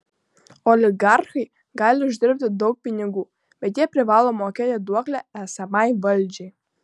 oligarchai gali uždirbti daug pinigų bet jie privalo mokėti duoklę esamai valdžiai